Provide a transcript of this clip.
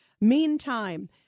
Meantime